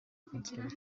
contract